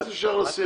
מה זה שייך לסעיפים?